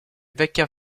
vecchia